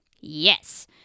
yes